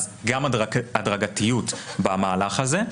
אז גם יש הדרגתיות במהלך הזה.